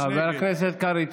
חבר הכנסת קרעי,